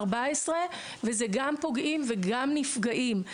14 וזה גם פוגעים וגם נפגעים.